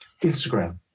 Instagram